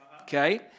Okay